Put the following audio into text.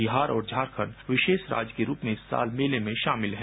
बिहार और झारखंड विशेष राज्य के रूप में इस साल मेले में शामिल हैं